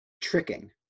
tricking